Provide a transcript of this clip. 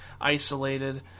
isolated